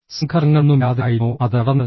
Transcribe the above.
സംഘർഷങ്ങളൊന്നുമില്ലാതെയായിരുന്നോ അത് നടന്നത്